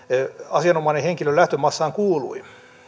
asianomainen henkilö lähtömaassaan kuului